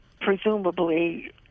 presumably